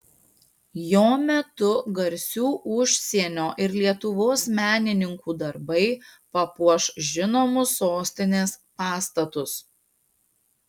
jo metu garsių užsienio ir lietuvos menininkų darbai papuoš žinomus sostinės pastatus